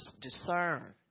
discern